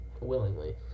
willingly